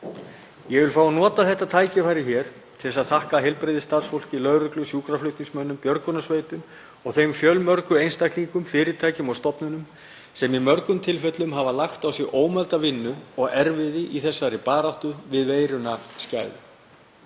Ég vil fá að nota þetta tækifæri hér til að þakka heilbrigðisstarfsfólki, lögreglu, sjúkraflutningamönnum, björgunarsveitum og þeim fjölmörgu einstaklingum, fyrirtækjum og stofnunum sem í mörgum tilfellum hafa lagt á sig ómælda vinnu og erfiði í þessari baráttu við veiruna skæðu.